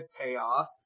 payoff